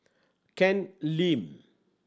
Ken Lim